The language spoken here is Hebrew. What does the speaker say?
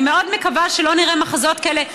אני מאוד מקווה שלא נראה מחזות כאלה,